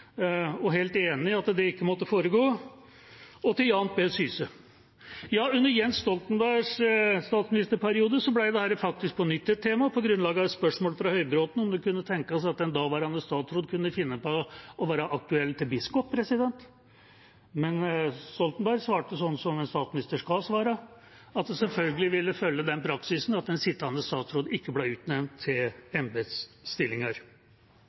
og som var helt enig i at det ikke måtte foregå – og fortsatte til Jan P. Syse. Under Jens Stoltenbergs statsministerperiode ble dette faktisk på nytt et tema, på grunnlag av et spørsmål fra Dagfinn Høybråten om det kunne tenkes at en daværende statsråd kunne være aktuell som biskop. Men Stoltenberg svarte slik en statsminister skal svare, at en selvfølgelig vil følge praksisen med at en sittende statsråd ikke blir utnevnt til